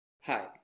Hi